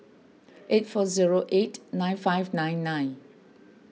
eight four zero eight nine five nine nine